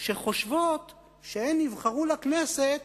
שחושבות שהן נבחרו לכנסת